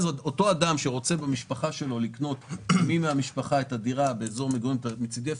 אותו אדם שרוצה לקנות למי מהמשפחה את הדירה באזור המגורים שלו מצידי,